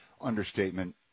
understatement